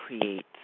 create